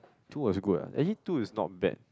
two was good ah actually two is not bad